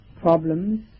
problems